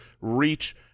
reach